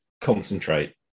concentrate